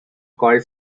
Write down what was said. called